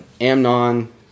Amnon